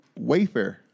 Wayfair